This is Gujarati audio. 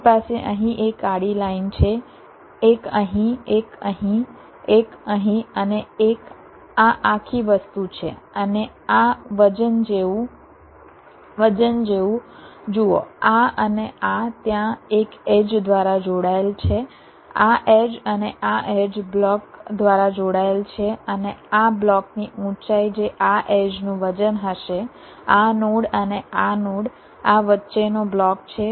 મારી પાસે અહીં એક આડી લાઇન છે એક અહીં એક અહીં એક અહીં અને એક આ આખી વસ્તુ છે અને આ વજન જેવું વજન જેવું જુઓ આ અને આ ત્યાં એક એડ્જ દ્વારા જોડાયેલ છે આ એડ્જ અને આ એડ્જ બ્લોક દ્વારા જોડાયેલ છે અને આ બ્લોકની ઊંચાઈ જે આ એડ્જનું વજન હશે આ નોડ અને આ નોડ આ વચ્ચેનો બ્લોક છે